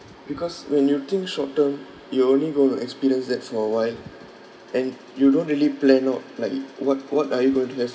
because when you think short term you only going to experience that for a while and you don't really plan out like what what are you going to have